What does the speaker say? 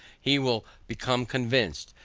he will become convinced,